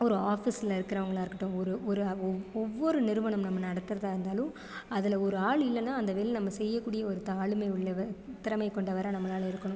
ஒரு ஆஃபிஸில் இருக்கிறவங்களா இருக்கட்டும் ஒரு ஒரு ஒவ்வொரு நிறுவனம் நாம் நடத்துகிறதா இருந்தாலும் அதில் ஒரு ஆள் இல்லைனா அந்த வேலையை நாம் செய்யக்கூடிய ஒரு ஆளுமை உள்ளவராக திறமை கொண்டவராக நம்மளால் இருக்கணும்